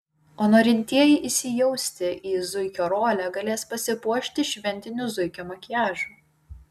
o norintieji įsijausti į zuikio rolę galės pasipuošti šventiniu zuikio makiažu